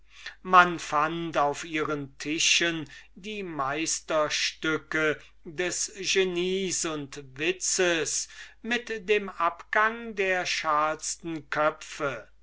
man fand auf ihren tischen die meisterstücke des genies und witzes mit den producten der schalsten köpfe